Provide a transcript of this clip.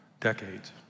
decades